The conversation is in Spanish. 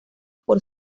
por